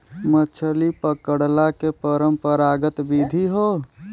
मछरी पकड़ला के परंपरागत विधि हौ